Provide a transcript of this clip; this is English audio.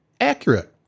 accurate